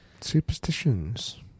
superstitions